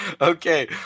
Okay